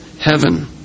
heaven